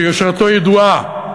שיושרתו ידועה.